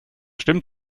stimmt